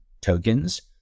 tokens